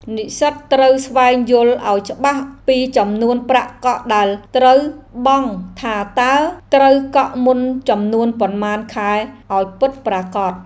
និស្សិតត្រូវស្វែងយល់ឱ្យច្បាស់ពីចំនួនប្រាក់កក់ដែលត្រូវបង់ថាតើត្រូវកក់មុនចំនួនប៉ុន្មានខែឱ្យពិតប្រាកដ។